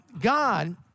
God